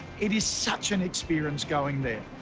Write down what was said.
it is such an experience going there.